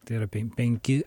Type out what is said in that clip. tai yra pen penki